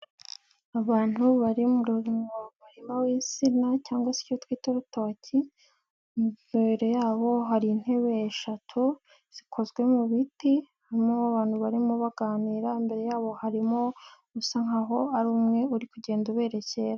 Abantu bari mu murima w'insina cyangwa se icyo twita urutoki, imbere yabo hari intebe eshatu zikozwe mu biti, harimo abantu barimo baganira imbere yabo harimo usa nk'aho ari umwe uri kugenda uberekera.